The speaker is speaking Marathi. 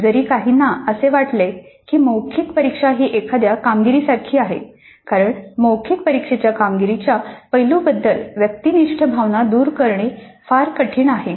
जरी काहींना असे वाटते की मौखिक परीक्षा ही एखाद्या कामगिरीसारखी आहे कारण मौखिक परीक्षेच्या कामगिरीच्या पैलूबद्दल व्यक्तिनिष्ठ भावना दूर करणे फार कठीण आहे